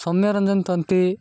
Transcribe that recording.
Soumyaranjan Tanti